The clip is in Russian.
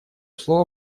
слово